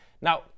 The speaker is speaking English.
now